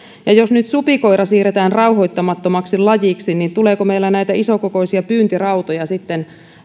jos nyt supikoira siirretään rauhoittamattomaksi lajiksi niin tuleeko meillä näitä isokokoisia pyyntirautoja sitten